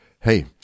Hey